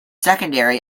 secondary